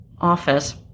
office